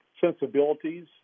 sensibilities